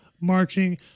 marching